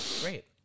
great